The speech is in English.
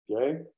okay